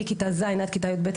מכיתה ז' עד כיתה י"ב,